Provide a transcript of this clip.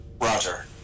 Roger